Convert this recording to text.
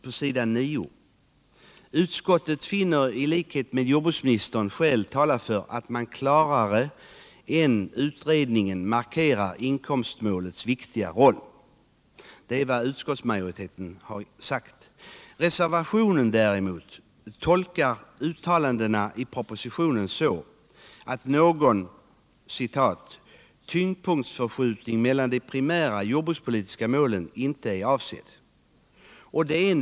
På s. 9 skriver utskottsmajoriteten: ”Utskottet finner i likhet med jordbruksministern skäl tala för att man klarare än utredningen markerar inkomstmålets viktiga roll —=—-” I reservationen 1 däremot tolkas uttalandena i propositionen så ”att någon tyngdpunktsförskjutning mellan de primära jordbrukspolitiska målen inte är avsedd ---”.